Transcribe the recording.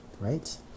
right